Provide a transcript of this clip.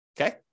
okay